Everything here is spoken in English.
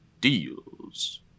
deals